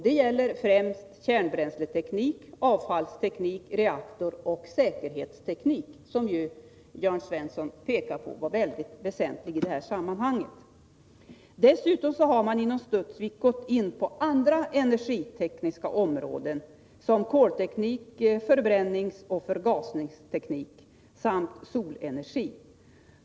Det gäller främst kärnbränsleteknik, avfallsteknik samt reaktoroch säkerhetsteknik, som ju Jörn Svensson pekade på som någonting väldigt väsentligt i det här sammanhanget. Dessutom har man inom Studsvik gått in på andra energitekniska områden, såsom kolteknik, förbränningsoch förgasningsteknik samt solenergiteknik.